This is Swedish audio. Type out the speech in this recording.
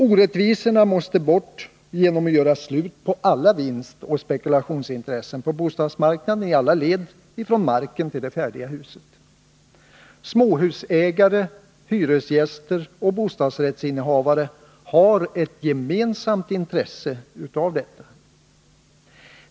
Orättvisorna måste bort genom att man gör slut på alla vinstoch spekulationsintressen på bostadsmarknaden, i alla led från marken till det färdiga huset. Småhusägare, hyresgäster och bostadsrättsinnehavare har ett gemensamt intresse av detta.